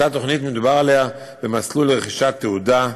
אותה תוכנית, מדובר במסלול לרכישת תעודה.